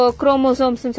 chromosomes